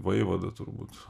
vaivada turbūt